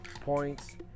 points